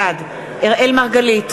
בעד אראל מרגלית,